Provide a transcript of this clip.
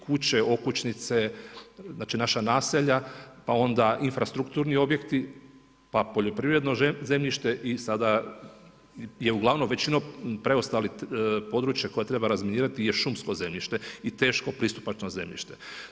Kuće, okućnice, znači naša naselja pa onda infrastrukturni objekti, pa poljoprivredno zemljište i sada je uglavnom većinom preostala područja koja treba razminirati je šumsko zemljište i teško pristupačno zemljište.